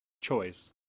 choice